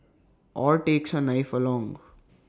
or takes A knife along